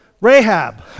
Rahab